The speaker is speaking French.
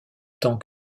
temps